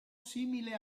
simile